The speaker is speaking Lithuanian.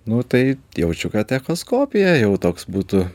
nu tai jaučiu kad echoskopija jau toks būtų